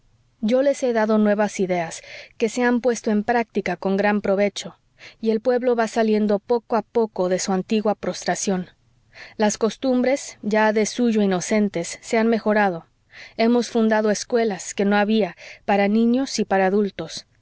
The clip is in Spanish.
yo les he dado nuevas ideas que se han puesto en práctica con gran provecho y el pueblo va saliendo poco a poco de su antigua postración las costumbres ya de suyo inocentes se han mejorado hemos fundado escuelas que no había para niños y para adultos